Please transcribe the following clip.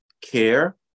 care